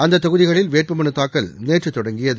அந்தத் தொகுதிகளில் வேட்புமனு தாக்கல் நேற்று தொடங்கியது